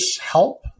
help